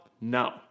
No